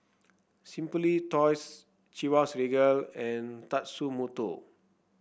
Simply Toys Chivas Regal and Tatsumoto